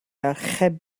archebu